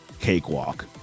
cakewalk